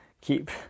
keep